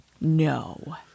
No